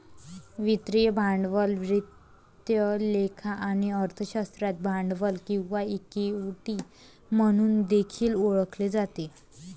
वित्तीय भांडवल वित्त लेखा आणि अर्थशास्त्रात भांडवल किंवा इक्विटी म्हणून देखील ओळखले जाते